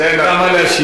תאמין לי,